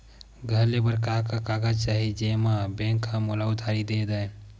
घर ले बर का का कागज चाही जेम मा बैंक हा मोला उधारी दे दय?